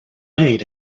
made